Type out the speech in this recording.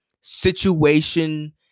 situation